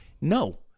no